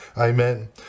amen